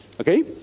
okay